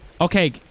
Okay